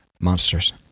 monsters